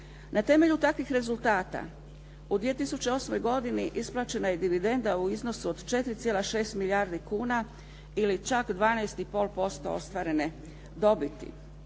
Na temelju takvih rezultata u 2008. godini isplaćena je dividenda u iznosu od 4,6 milijardi kuna ili čak 12,5% ostvarene dobiti.